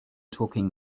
talking